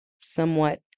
somewhat